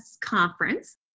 conference